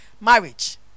marriage